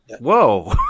whoa